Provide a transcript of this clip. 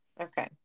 okay